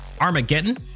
armageddon